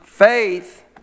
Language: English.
Faith